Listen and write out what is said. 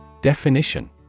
Definition